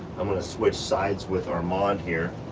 i'm gonna switch sides with armand here